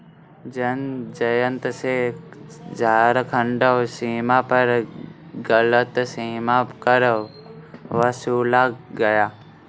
जयंत से झारखंड सीमा पर गलत सीमा कर वसूला गया